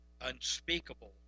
unspeakable